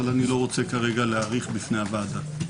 אבל אני לא רוצה כרגע להאריך בפני הוועדה.